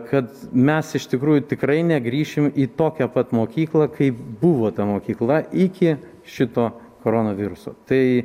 kad mes iš tikrųjų tikrai negrįšim į tokią pat mokyklą kaip buvo ta mokykla iki šito koronaviruso tai